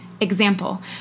Example